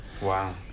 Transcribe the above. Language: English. Wow